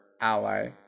ally